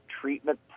treatment